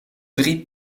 drie